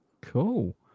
Cool